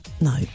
no